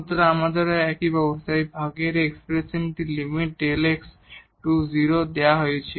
সুতরাং আমাদেরও একই অবস্থা এখানে এই ভাগের এই এক্সপ্রেশনটির limit Δ x → 0 দেওয়া হয়েছে